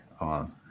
on